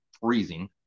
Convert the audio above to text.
Freezing